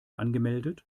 angemeldet